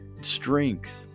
strength